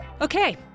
okay